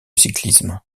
cyclisme